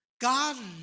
God